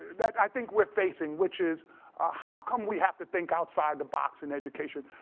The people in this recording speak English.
that i think we're facing, which is how come we have to think outside the box in education.